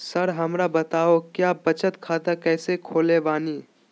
Sir हमरा बताओ क्या बचत खाता कैसे खोले बानी?